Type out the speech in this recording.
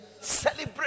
Celebrate